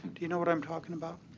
do you know what i'm talking about?